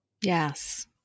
Yes